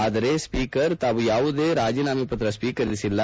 ಆದರೆ ಸ್ವೀಕರ್ ತಾವು ಯಾವುದೇ ರಾಜೀನಾಮೆ ಪತ್ರ ಸ್ವೀಕರಿಸಿಲ್ಲ